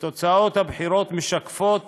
שתוצאות הבחירות משקפות